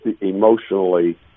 emotionally